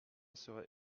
serait